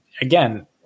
again